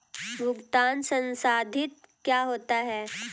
भुगतान संसाधित क्या होता है?